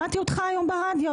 שמעתי אותך היום ברדיו,